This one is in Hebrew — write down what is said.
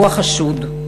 הוא החשוד.